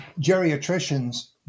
geriatricians